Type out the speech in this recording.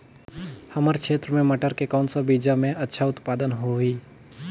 हमर क्षेत्र मे मटर के कौन सा बीजा मे अच्छा उत्पादन होही?